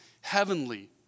Heavenly